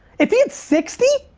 if he had sixty?